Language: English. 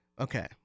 Okay